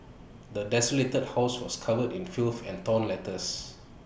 the desolated house was covered in filth and torn letters